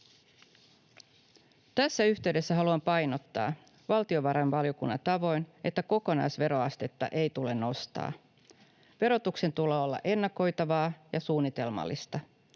Tässä yhteydessä haluan painottaa valtionvarainvaliokunnan tavoin, että kokonaisveroastetta ei tule nostaa. Verotuksen tulee olla ennakoitavaa ja suunnitelmallista.